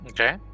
Okay